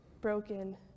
broken